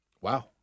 wow